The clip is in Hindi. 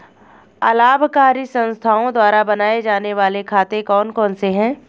अलाभकारी संस्थाओं द्वारा बनाए जाने वाले खाते कौन कौनसे हैं?